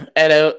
hello